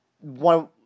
one